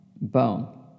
bone